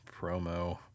promo